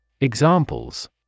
Examples